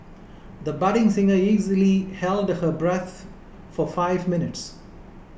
the budding singer easily held her breath for five minutes